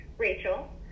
Rachel